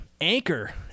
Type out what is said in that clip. anchor